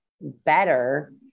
better